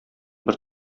бер